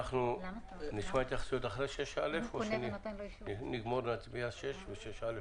אנחנו נשמע התייחסות אחרי 6(א) או שנגמור להצביע על 6 ו-6(א)?